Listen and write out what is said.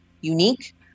unique